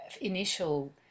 initial